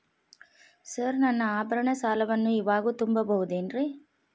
Sir ನನ್ನ ಆಭರಣ ಸಾಲವನ್ನು ಇವಾಗು ತುಂಬ ಬಹುದೇನ್ರಿ?